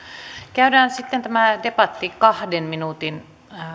käydään sitten tämä debatti kahden minuutin